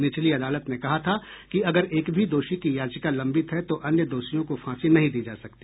निचली अदालत ने कहा था कि अगर एक भी दोषी की याचिका लंबित है तो अन्य दोषियों को फांसी नहीं दी सकती